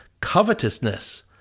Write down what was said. covetousness